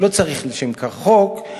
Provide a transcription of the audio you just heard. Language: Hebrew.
לא צריך לשם כך חוק,